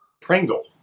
Pringle